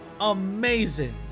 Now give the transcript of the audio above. amazing